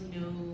no